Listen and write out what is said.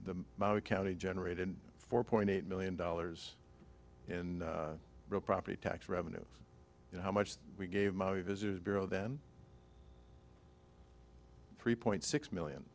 the county generated four point eight million dollars in property tax revenue you know how much we gave my visitors bureau then three point six million